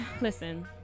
listen